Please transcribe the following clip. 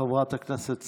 חברת הכנסת סילמן,